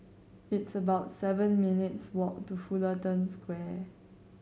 it's about seven minutes' walk to Fullerton Square